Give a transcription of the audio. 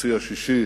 הנשיא השישי